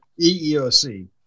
EEOC